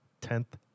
tenth